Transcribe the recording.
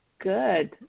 Good